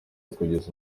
kugeza